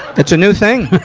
it's a new thing!